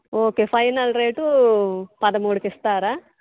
okay final rate పదమూడుకి ఇస్తారా